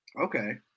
Okay